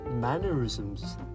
mannerisms